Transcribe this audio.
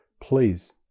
please